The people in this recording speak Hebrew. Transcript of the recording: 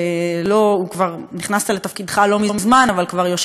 שנכנסת לתפקידך לא מזמן אבל יושב בו זמן מה,